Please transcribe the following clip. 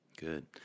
Good